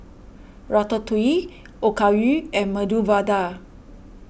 Ratatouille Okayu and Medu Vada